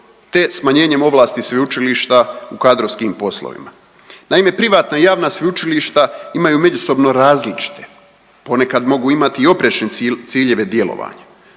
te smanjenjem ovlasti sveučilišta u kadrovskim poslovima. Naime, privatna javna sveučilišta imaju međusobno različite, ponekad mogu imati i oprečne ciljeve djelovanja.